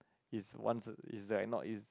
it's once it's that not is